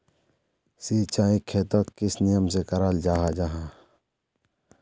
सिंचाई खेतोक किस नियम से कराल जाहा जाहा?